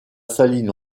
saline